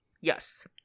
Yes